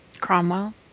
Cromwell